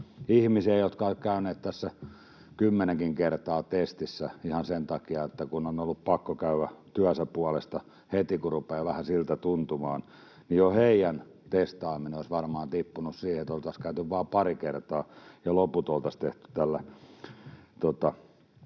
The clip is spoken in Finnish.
ihmisiä, jotka ovat käyneet kymmenenkin kertaa testissä ihan sen takia, kun on ollut pakko käydä työnsä puolesta heti, kun on ruvennut vähän siltä tuntumaan. Jo heidän testaamisensa olisi varmasti tippunut siihen, että oltaisiin käyty vain pari kertaa ja loput oltaisiin tehty tällä